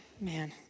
man